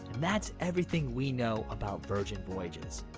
that's everything we know about virgin voyages!